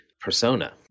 persona